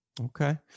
Okay